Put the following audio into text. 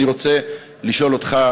אני רוצה לשאול אותך,